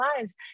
lives